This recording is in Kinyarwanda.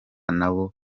nabo